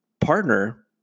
partner